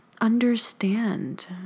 understand